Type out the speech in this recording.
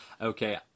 okay